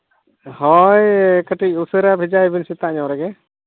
ᱦᱳᱭ ᱠᱟᱹᱴᱤᱡ ᱩᱥᱟᱹᱨᱟ ᱵᱷᱮᱡᱟᱭ ᱵᱤᱱ ᱥᱮᱛᱟᱜ ᱧᱚᱜ ᱨᱮᱜᱮ